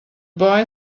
boy